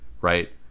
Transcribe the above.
right